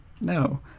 No